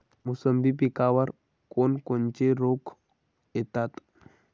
मोसंबी पिकावर कोन कोनचे रोग येतात?